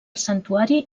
santuari